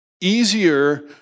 easier